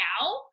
now